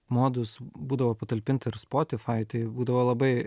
modus būdavo patalpinta ir spotify tai būdavo labai